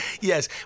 Yes